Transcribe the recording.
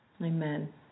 Amen